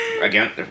Again